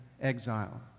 exile